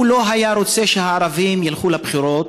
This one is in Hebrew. הוא לא היה רוצה שהערבים ילכו לבחירות